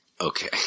Okay